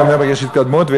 גם בבני-ברק יש התקדמות,